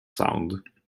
sound